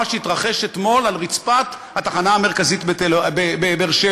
שהתרחש אתמול על רצפת התחנה המרכזית בבאר-שבע.